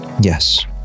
yes